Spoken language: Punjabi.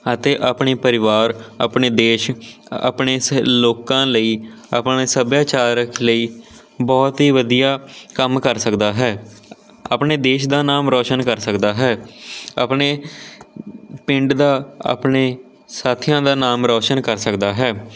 ਅਤੇ ਆਪਣੇ ਪਰਿਵਾਰ ਆਪਣੇ ਦੇਸ਼ ਆਪਣੇ ਸ ਲੋਕਾਂ ਲਈ ਆਪਣੇ ਸੱਭਿਆਚਾਰ ਲਈ ਬਹੁਤ ਹੀ ਵਧੀਆ ਕੰਮ ਕਰ ਸਕਦਾ ਹੈ ਆਪਣੇ ਦੇਸ਼ ਦਾ ਨਾਮ ਰੌਸ਼ਨ ਕਰ ਸਕਦਾ ਹੈ ਆਪਣੇ ਪਿੰਡ ਦਾ ਆਪਣੇ ਸਾਥੀਆਂ ਦਾ ਨਾਮ ਰੌਸ਼ਨ ਕਰ ਸਕਦਾ ਹੈ